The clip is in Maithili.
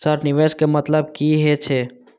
सर निवेश के मतलब की हे छे?